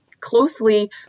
closely